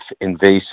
invasive